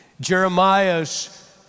Jeremiah's